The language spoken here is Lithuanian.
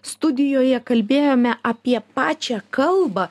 studijoje kalbėjome apie pačią kalbą